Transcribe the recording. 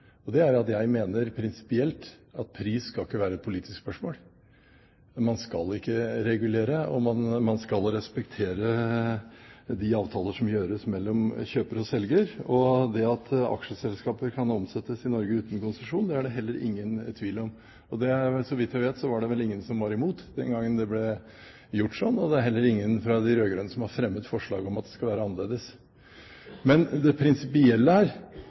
interpellasjonen. Det er at jeg mener prinsipielt at pris ikke skal være et politisk spørsmål. Man skal ikke regulere, og man skal respektere de avtaler som gjøres mellom kjøper og selger. Det at aksjeselskaper kan omsettes i Norge uten konsesjon, er det heller ingen tvil om. Så vidt jeg vet, var det ingen som var imot den gangen det ble gjort sånn, og det er heller ingen av de rød-grønne som har fremmet forslag om at det skal være annerledes. Det prinsipielle her er